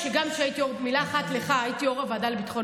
עוד מילה אחת לך: הייתי יו"ר הוועדה לביטחון